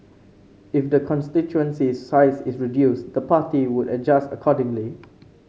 if the constituency's size is reduced the party would adjust accordingly